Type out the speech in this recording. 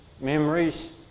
memories